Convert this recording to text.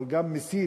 אבל גם מסיט,